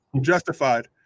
justified